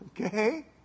Okay